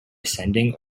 ascending